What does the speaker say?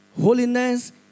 Holiness